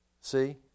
See